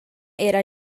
era